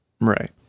Right